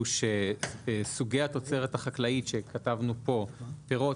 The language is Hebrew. הוא שסוגי התוצרת החקלאית שכתבנו פה: פירות,